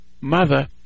mother